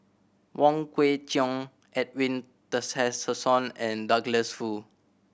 Wong Kwei Cheong Edwin Tessensohn and Douglas Foo